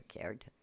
cared